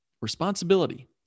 responsibility